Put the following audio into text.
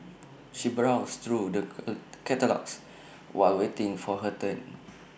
she browsed through the catalogues while waiting for her turn